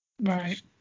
Right